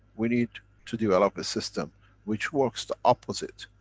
we need to develop a system which works the opposite,